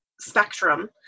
spectrum